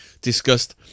discussed